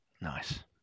Nice